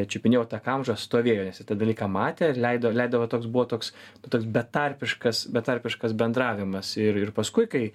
čiupinėjau tą kamžą stovėjo jisai tą dalyką matė ir leido leido va toks buvo toks toks betarpiškas betarpiškas bendravimas ir ir paskui kai